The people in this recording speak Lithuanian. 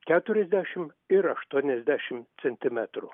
keturiasdešim ir aštuoniasdešim centimetrų